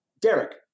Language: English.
Derek